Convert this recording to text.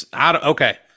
okay